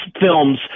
films